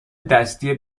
دستی